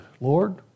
Lord